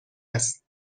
است